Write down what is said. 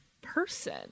person